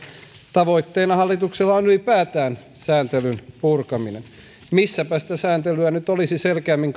tavoitteena hallituksella on ylipäätään sääntelyn purkaminen missäpä sitä sääntelyä nyt olisi selkeämmin